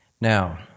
Now